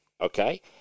okay